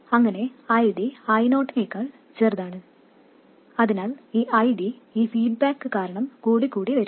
അങ്ങനെ ID I0 യേക്കാൾ ചെറുതാണ് അതിനാൽ ഈ ID ഈ ഫീഡ്ബാക്ക് കാരണം കൂടിക്കൂടി വരും